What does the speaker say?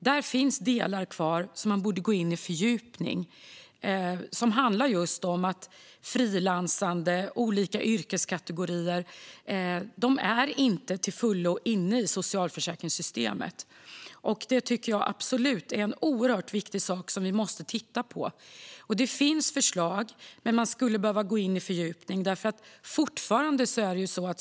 Där finns delar kvar som man borde fördjupa sig i och som handlar just om att olika frilansande yrkeskategorier inte är till fullo inne i socialförsäkringssystemet. Det tycker jag är en oerhört viktig sak som vi absolut måste titta på. Det finns förslag, men man skulle behöva gå in i dem och fördjupa sig.